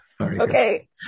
Okay